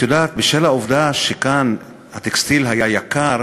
את יודעת, בשל העובדה שכאן הטקסטיל היה יקר,